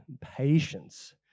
patience